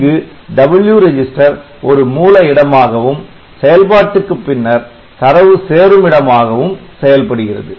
இங்கு W register ஒரு மூல இடமாகவும் செயல்பாட்டுக்கு பின்னர் தரவு சேருமிடம் ஆகவும் செயல்படுகிறது